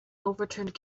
overturned